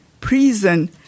prison